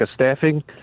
staffing